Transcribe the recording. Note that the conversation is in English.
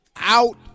out